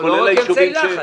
לא רק אמצעי לחץ.